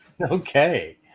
Okay